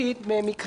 למה